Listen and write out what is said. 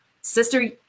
sister